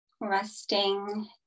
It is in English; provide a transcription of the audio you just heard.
resting